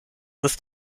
ist